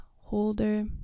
holder